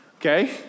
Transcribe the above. Okay